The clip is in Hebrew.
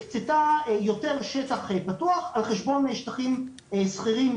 הקצתה יותר שטח פתוח על חשבון שטחים שכירים,